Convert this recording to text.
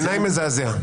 בעיניי מזעזע.